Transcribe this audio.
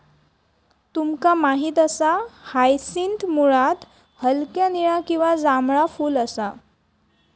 तुमका माहित असा हायसिंथ मुळात हलक्या निळा किंवा जांभळा फुल असा